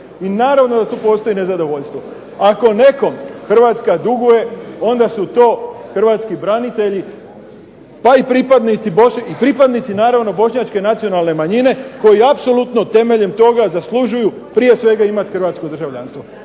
I naravno da tu postoji nezadovoljstvo. Ako nekom Hrvatska duguje onda su to Hrvatski branitelji pa i pripadnici Bošnjačke nacionalne manjine, koji apsolutno prije svega zaslužuju imati Hrvatsko državljanstvo